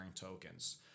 tokens